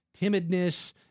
timidness